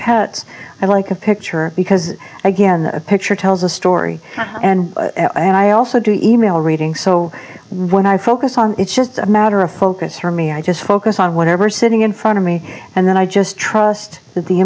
pets i like a picture because again a picture tells a story and i also do e mail reading so when i focus on it's just a matter of focus for me i just focus on whatever sitting in front of me and then i just trust that the